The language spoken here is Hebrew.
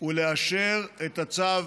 ולאשר את הצו,